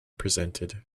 presented